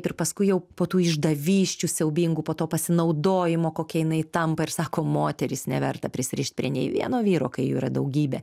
ir paskui jau po tų išdavysčių siaubingų po to pasinaudojimo kokia jinai tampa ir sako moterys neverta prisirišti prie nei vieno vyro kai jų yra daugybė